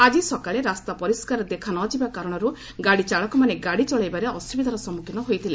ଆଜି ସକାଳେ ରାସ୍ତା ପରିଷ୍କାର ଦେଖା ନ ଯିବାର କାରଣରୁ ଗାଡି ଚାଳକମାନେ ଗାଡି ଚଳାଇବାରେ ଅସୁବିଧାର ସମ୍ମୁଖୀନ ହୋଇଥିଲେ